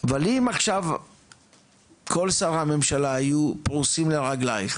אבל אם עכשיו כל שרי הממשלה היו פרוסים לרגלייך